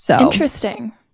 Interesting